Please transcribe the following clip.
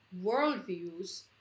worldviews